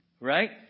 Right